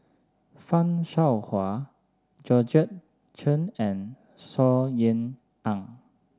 Fan Shao Hua Georgette Chen and Saw Ean Ang